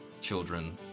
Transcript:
children